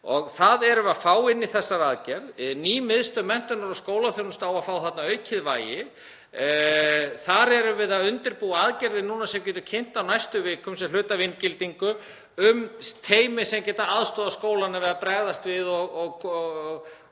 og það erum við að fá inni í þessari aðgerð. Ný Miðstöð menntunar og skólaþjónustu á að fá þarna aukið vægi. Þar erum við nú að undirbúa aðgerðir sem við getum kynnt á næstu vikum, sem eru hluti af inngildingu, um teymi sem geta aðstoðað skóla við að bregðast við og fara af